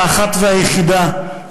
האחת והיחידה,